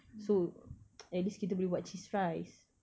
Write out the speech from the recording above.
so at least kita boleh buat cheese fries